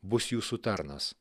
bus jūsų tarnas